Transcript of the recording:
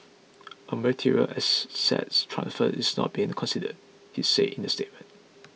a material asset transfer is not being considered he said in the statement